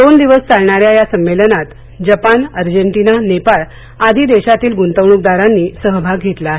दोन दिवस चालणाऱ्या या संम्मेलनात जपान अजेंटिना नेपाळ आदी देशातील गुंतवणुकदारांनी सहभाग घेतला आहे